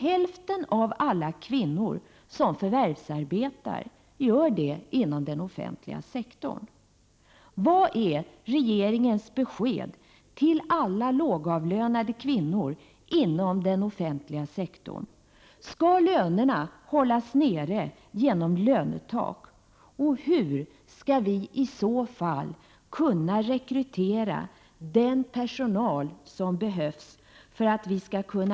Hälften av alla kvinnor som förvärvsarbetar gör det inom den offentliga sektorn.